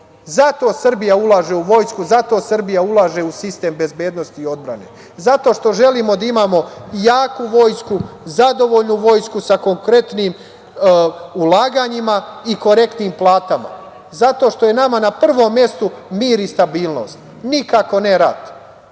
Zato Srbija ulaže u Vojsku. Zato Srbija ulaže u sistem bezbednosti i odbrane. Zato što želimo da imamo jaku vojsku, zadovoljnu vojsku sa konkretnim ulaganjima i korektnim platama. Zato što je nama na prvom mestu mir i stabilnost, nikako ne